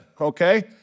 Okay